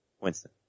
Winston